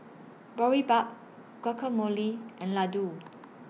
Boribap Guacamole and Ladoo